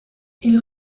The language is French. ils